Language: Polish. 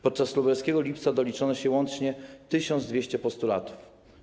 Podczas Lubelskiego Lipca doliczono się łącznie 1200 postulatów.